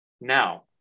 now